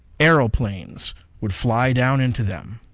aeroplanes would fly down into them.